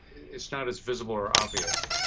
it's not as visible or obvious.